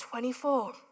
24